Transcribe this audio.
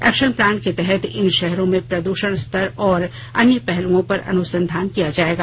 action plan के तहत इन शहरों में प्रदूषण स्तर और अन्य पहलुओं पर अनुसंधान किया जाएगा